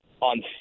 on